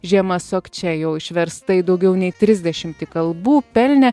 žiema sokče jau išversta į daugiau nei trisdešimtį kalbų pelnė